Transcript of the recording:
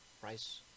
price